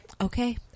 okay